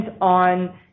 on